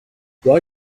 why